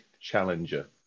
challenger